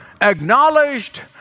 acknowledged